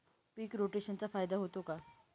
पीक रोटेशनचा फायदा होतो का?